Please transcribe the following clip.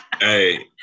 Hey